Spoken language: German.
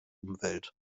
umwelt